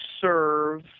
serve